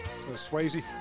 Swayze